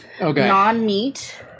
non-meat